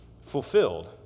fulfilled